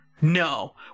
No